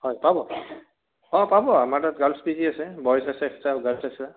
হয় পাব অ' পাব আমাৰ তাত গাৰ্লছ পি জি আছে বইজ আছে এক্সট্ৰা গাৰ্লছ আছে